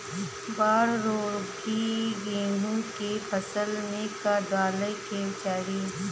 बाढ़ रोधी गेहूँ के फसल में का डाले के चाही?